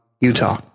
Utah